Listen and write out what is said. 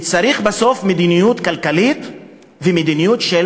צריך בסוף מדיניות כלכלית ומדיניות של